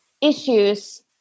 issues